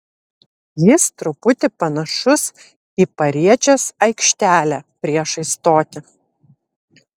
jis truputį panašus į pariečės aikštelę priešais stotį